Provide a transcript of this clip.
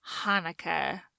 Hanukkah